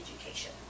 education